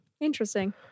Interesting